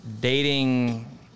dating